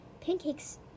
Pancakes